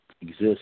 exists